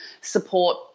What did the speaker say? support